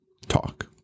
talk